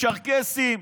צ'רקסים,